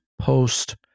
post